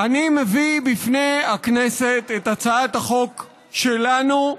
אני מביא לפני הכנסת את הצעת החוק שלנו,